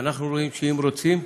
אנחנו רואים שאם רוצים,